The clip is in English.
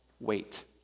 wait